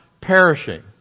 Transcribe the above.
perishing